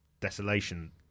desolation